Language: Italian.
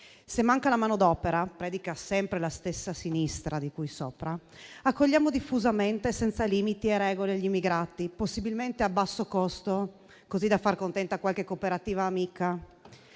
Se manca la manodopera - predica sempre la stessa sinistra di cui sopra - accogliamo diffusamente senza limiti e regole gli immigrati, possibilmente a basso costo, così da far contenta qualche cooperativa amica;